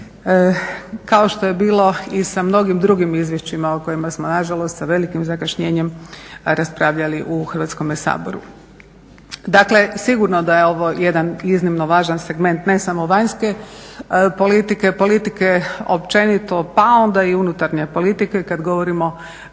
kao što je bilo i sa mnogim drugim izvješćima o kojima smo nažalost sa velikim zakašnjenjem raspravljali u Hrvatskome saboru. Dakle, sigurno da je ovo jedan iznimno važan segment ne samo vanjske politike, politike općenito pa onda i unutarnje politike kada govorimo